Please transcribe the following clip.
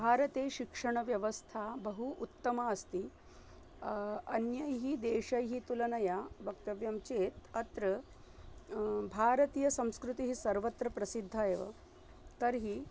भारते शिक्षणव्यवस्था बहु उत्तमा अस्ति अन्यैः देशैः तुलनया वक्तव्यं चेत् अत्र भारतीयसंस्कृतिः सर्वत्र प्रसिद्ध एव तर्हि